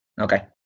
Okay